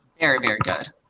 very, very good?